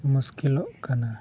ᱢᱩᱥᱠᱤᱞᱚᱜ ᱠᱟᱱᱟ